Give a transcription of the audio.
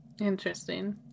Interesting